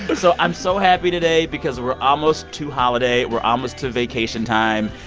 so i'm so happy today because we're almost to holiday. we're almost to vacation time.